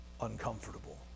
uncomfortable